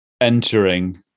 entering